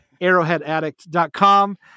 arrowheadaddict.com